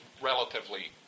relatively